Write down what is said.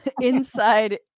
inside